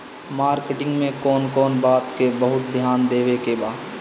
Marketing मे कौन कौन बात के बहुत ध्यान देवे के बा?